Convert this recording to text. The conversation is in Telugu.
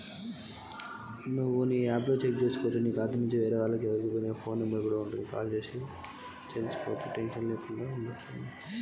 నా ఖాతా ల నుంచి పైసలు ఎవరు ఖాతాలకు పోయినయ్?